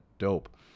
Dope